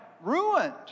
ruined